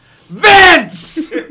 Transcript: Vince